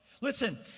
Listen